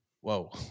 whoa